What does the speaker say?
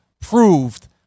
proved